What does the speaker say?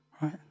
right